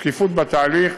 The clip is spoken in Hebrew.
ושקיפות בתהליך,